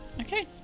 Okay